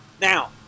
Now